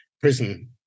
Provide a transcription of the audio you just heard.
prison